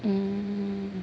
hmm